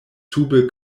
sube